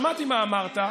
שמעתי מה אמרת.